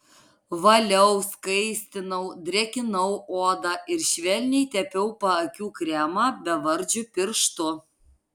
valiau skaistinau drėkinau odą ir švelniai tepiau paakių kremą bevardžiu pirštu